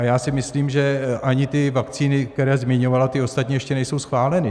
Já si myslím, že ani ty vakcíny, které zmiňovala, ty ostatní, ještě nejsou schváleny.